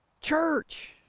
Church